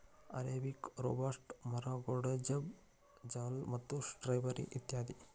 arabica, robusta, ಮರಗೋಡಜೇಪ್, Lavazza ಮತ್ತು Skybury ಇತ್ಯಾದಿ